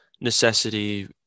necessity